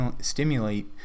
stimulate